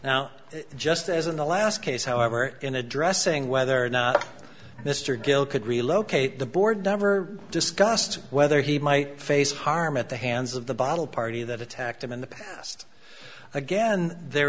now just as in the last case however in addressing whether or not mr gill could relocate the board never discussed whether he might face harm at the hands of the bottle party that attacked him in the past again their